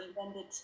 invented